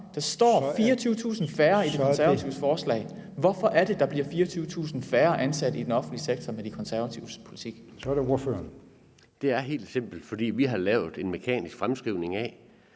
Der står 24.000 færre i De Konservatives forslag. Hvorfor er det, der bliver 24.000 færre ansatte i den offentlige sektor med De Konservatives politik? Kl. 15:55 Formanden: Så er det ordføreren. Kl. 15:55 Mike Legarth (KF): Det er helt simpelt, fordi vi har lavet en mekanisk fremskrivning af,